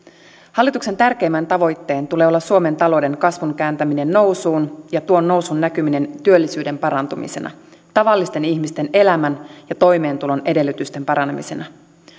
hallituksen tärkeimmän tavoitteen tulee olla suomen talouden kasvun kääntäminen nousuun ja tuon nousun näkyminen työllisyyden parantumisena tavallisten ihmisten elämän ja toimeentulon edellytysten paranemisena